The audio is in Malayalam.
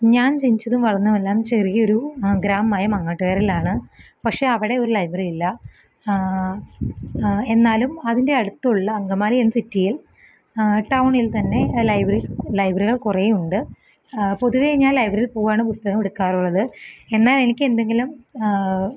ഞാന് ജനിച്ചതും വളര്ന്നതുമെല്ലാം ചെറിയൊരു ഗ്രാമമായ മാങ്ങാട്ടുകരേലാണ് പക്ഷേ അവിടെ ഒരു ലൈബ്രറി ഇല്ല എന്നാലും അതിന്റെ അടുത്തുള്ള അങ്കമാലി ആൻഡ് സിറ്റിയില് ടൌണില്ത്തന്നെ ലൈവിൽസ് ലൈബ്രറികള് കുറെ ഉണ്ട് പൊതുവേ ഞാൻ ലൈബ്രറി പോവാണ് പുസ്തകം എടുക്കാറുള്ളത് എന്നാല് എനിക്കെന്തെങ്കിലും